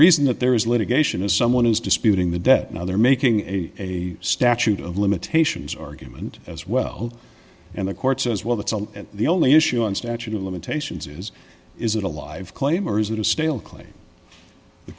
reason that there is litigation is someone is disputing the debt now they're making a statute of limitations argument as well and the court says well that's the only issue on statute of limitations is is it a live claim or is it a stale claim the